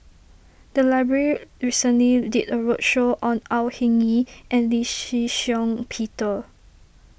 the library recently did a roadshow on Au Hing Yee and Lee Shih Shiong Peter